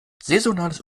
saisonales